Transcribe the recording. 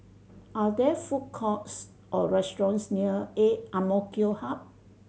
are there food courts or restaurants near A M K Hub